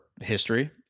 history